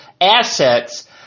assets